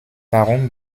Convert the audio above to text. warum